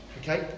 okay